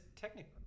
technically